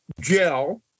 gel